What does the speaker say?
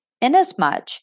inasmuch